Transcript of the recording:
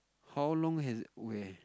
how long has it where